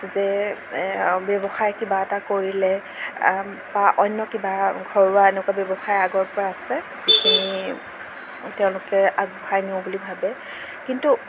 যে ব্য়ৱসায় কিবা এটা কৰিলে বা অন্য় কিবা ঘৰুৱা এনেকুৱা ব্য়ৱসায় আগৰ পৰা আছে যিখিনি তেওঁলোকে আগবঢ়াই নিওঁ বুলি ভাবে কিন্তু